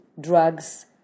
Drugs